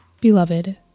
Beloved